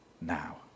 now